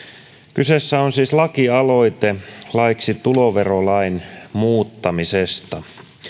kyseessä on siis lakialoite laiksi tuloverolain muuttamisesta